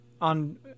on